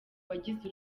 wagize